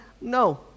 no